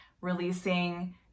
releasing